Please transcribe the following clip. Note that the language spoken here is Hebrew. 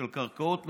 של קרקעות,